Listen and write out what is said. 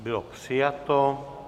Bylo přijato.